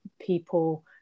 people